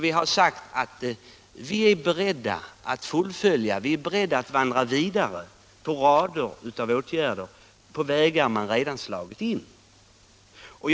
Vi har sagt att vi är beredda att vandra vidare med rader av åtgärder på vägar som man redan slagit in på.